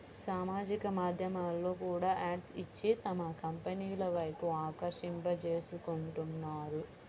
సామాజిక మాధ్యమాల్లో కూడా యాడ్స్ ఇచ్చి తమ కంపెనీల వైపు ఆకర్షింపజేసుకుంటున్నారు